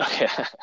okay